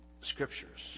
scriptures